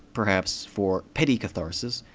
perhaps, for petty catharsis.